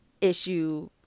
issue